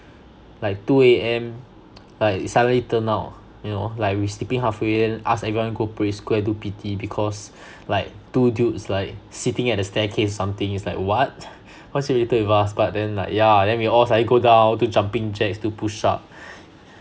like two A_M like suddenly turn out you know like we sleeping halfway then ask everyone go parade square do P_T because like two dudes like sitting at the staircase something it's like what what's related with us but then like yeah then we all suddenly go down do jumping jacks do push ups